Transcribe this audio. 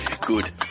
Good